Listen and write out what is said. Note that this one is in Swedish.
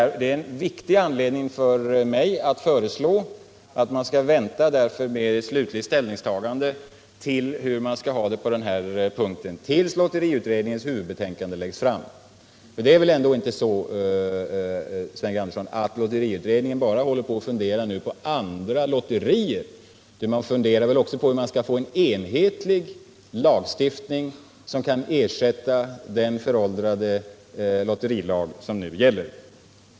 Det är en viktig anledning för mig att föreslå att man skall vänta med ett slutligt ställningstagande om hur man skall ha det tills lotteriutredningens huvudbetänkande läggs fram. För det är väl ändå inte så, Sven G. Andersson, att lotteriutredningen bara funderar på andra lotterier? Den funderar väl också på hur man skall få en enhetlig lagstiftning som kan ersätta den föråldrade lotterilag som nu gäller?